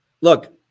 look